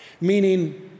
Meaning